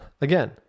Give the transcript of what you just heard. again